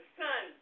son